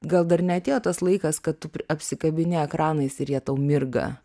gal dar neatėjo tas laikas kad tu apsikabini ekranais ir jie tau mirga